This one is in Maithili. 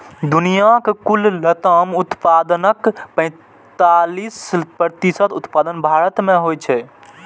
दुनियाक कुल लताम उत्पादनक पैंतालीस प्रतिशत उत्पादन भारत मे होइ छै